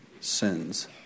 Sins